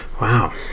Wow